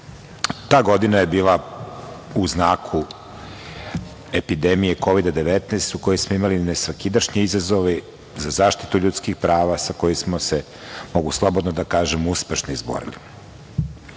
Ta godina je bila u znaku epidemije Kovida-19 u kojoj smo imali nesvakidašnje izazove za zaštitu ljudskih prava, sa kojom smo se, mogu slobodno da kažem, uspešno izborili. Čast